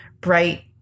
bright